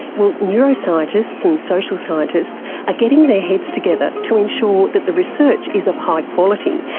well, neuroscientists and social scientists are getting their heads together to ensure that the research is of high quality,